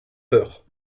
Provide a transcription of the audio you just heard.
peur